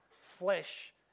flesh